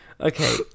Okay